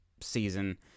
season